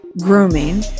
grooming